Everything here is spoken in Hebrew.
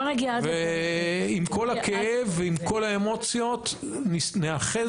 ועם כל הכאב ועם כל האמוציות ניאחז